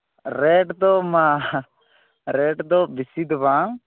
rate ᱫᱚ ᱢᱟ rate ᱫᱚ ᱵᱮᱥᱤ ᱫᱚ ᱵᱟᱝ